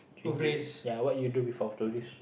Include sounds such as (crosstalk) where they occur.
(noise) ya what you do before of the risk